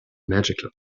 magical